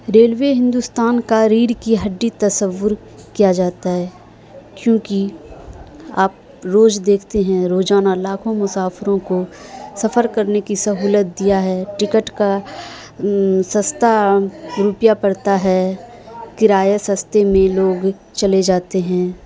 railway Hindustan کا ریڑھ کی ہڈی تصور کیا جاتا ہے کیونکہ آپ روز دیکھتے ہیں روزانہ لاکھوں مسافروں کو سفر کرنے کی سہولت دیتا ہے ٹکٹ کا سستا روپیہ پڑتا ہے کرایہ سستے میں لوگ چلے جاتے ہیں